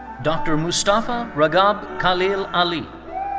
dr. moustafa ragab khalil ali.